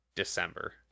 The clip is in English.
December